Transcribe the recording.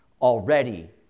already